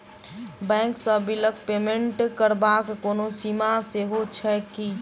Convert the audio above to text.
Bank सँ बिलक payment करबाक कोनो सीमा सेहो छैक की?